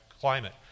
climate